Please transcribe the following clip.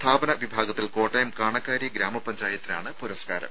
സ്ഥാപന വിഭാഗത്തിൽ കോട്ടയം കാണക്കാരി ഗ്രാമപഞ്ചായത്തിനാണ് പുരസ്കാരം